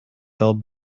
fell